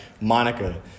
Monica